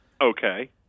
Okay